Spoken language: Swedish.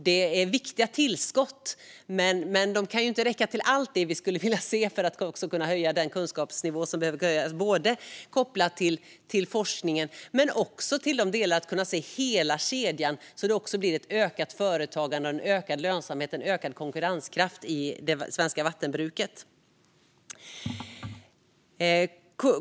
De är viktiga tillskott, men de kan inte räcka till allt som vi skulle vilja se för att kunna höja kunskapsnivån kopplat till forskningen men också i hela kedjan så att det blir ett ökat företagande, ökad lönsamhet och ökad konkurrenskraft i det svenska vattenbruket.